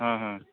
ହଁ ହଁ